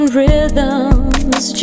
rhythms